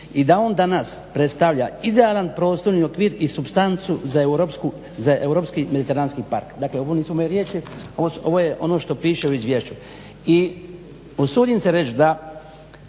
i da on danas predstavlja idealan prostorni okvir i supstancu za europski mediteranski park. Dakle, ovo nisu moje riječi, ovo je ono što piše u izvješću. I usudim se reć da